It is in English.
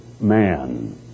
man